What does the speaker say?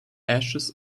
ashes